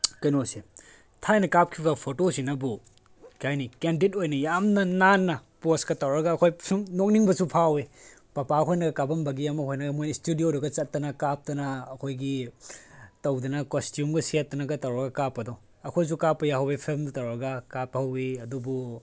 ꯀꯩꯅꯣꯁꯦ ꯊꯥꯏꯅ ꯀꯥꯞꯈꯤꯕ ꯐꯣꯇꯣꯁꯤꯅꯕꯨ ꯀꯔꯤ ꯍꯥꯏꯅꯤ ꯀꯦꯟꯗꯤꯠ ꯑꯣꯏꯅ ꯌꯥꯝꯅ ꯅꯥꯟꯅ ꯄꯣꯖꯀ ꯇꯧꯔꯒ ꯑꯩꯈꯣꯏ ꯁꯨꯝ ꯅꯣꯛꯅꯤꯡꯕꯁꯨ ꯐꯥꯎꯏ ꯄꯄꯥ ꯍꯣꯏꯅ ꯀꯥꯞꯄꯝꯕꯒꯤ ꯃꯈꯣꯏꯅ ꯃꯣꯏꯅ ꯏꯁꯇꯨꯗꯤꯑꯣꯗꯒ ꯆꯠꯇꯅ ꯀꯥꯞꯇꯅ ꯑꯩꯈꯣꯏꯒꯤ ꯇꯧꯗꯅ ꯀꯣꯁꯇ꯭ꯌꯨꯝꯒ ꯁꯦꯠꯇꯅꯒ ꯇꯧꯔ ꯀꯥꯞꯄꯗꯣ ꯑꯩꯈꯣꯏꯁꯨ ꯀꯥꯞꯄ ꯌꯥꯎꯍꯧꯋꯦ ꯐꯤꯂꯝꯗꯣ ꯇꯧꯔꯒ ꯀꯥꯞꯍꯧꯋꯤ ꯑꯗꯨꯕꯨ